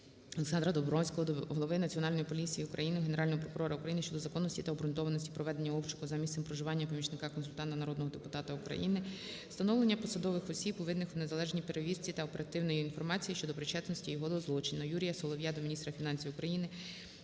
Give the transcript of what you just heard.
Олександра Домбровського до голови Національної поліції України, Генерального прокурора України щодо законності та обґрунтованості проведення обшуку за місцем проживання помічника-консультанта народного депутата України, встановлення посадових осіб, винних у неналежній перевірці оперативної інформації щодо причетності його до злочину. Юрія Солов'я до міністра фінансів України